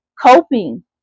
coping